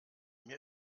mir